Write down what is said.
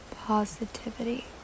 positivity